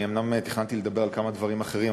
אני אומנם תכננתי לדבר על כמה דברים אחרים,